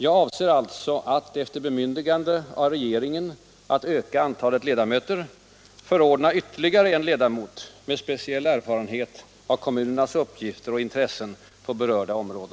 Jag avser alltså att — efter bemyndigande av regeringen att öka antalet ledamöter — förordna ytterligare en ledamot med speciell erfarenhet av kommunernas uppgifter och intressen på berörda område.